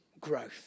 growth